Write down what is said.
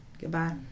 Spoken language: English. Goodbye